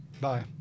Bye